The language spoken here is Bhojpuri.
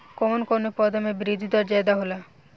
कवन कवने पौधा में वृद्धि दर ज्यादा होला?